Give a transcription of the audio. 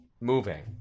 moving